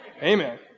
Amen